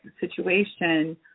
situation